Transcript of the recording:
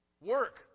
Work